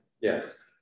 Yes